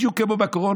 בדיוק כמו בקורונה,